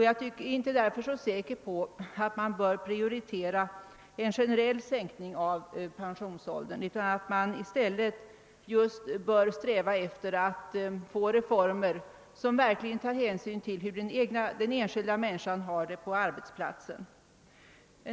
Jag är därför inte säker på att vi bör prioritera en generell sänkning av pensionsåldern; vi bör i stället sträva efter att få en reform som tar hänsyn till hur den enskilda människan har det på arbetsplatsen.